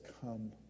come